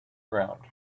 ground